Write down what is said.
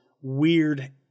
weird